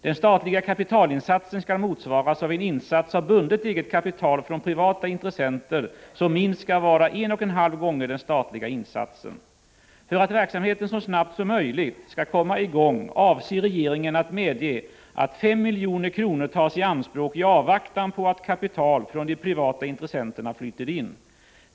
Den statliga kapitalinsatsen skall motsvaras av en insats av bundet eget kapital från privata intressenter som minst skall vara 1,5 gånger den statliga insatsen. För att verksamheten så snabbt som möjligt skall komma i gång avser regeringen att medge att 5 milj.kr. tas i anspråk i avvaktan på att kapital från de privata intressenterna flyter in.